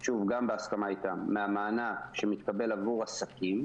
שוב, גם בהסכמה איתם מהמענק שמתקבל עבור עסקים.